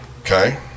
okay